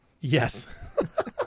Yes